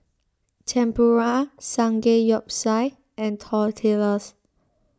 Tempura Samgeyopsal and Tortillas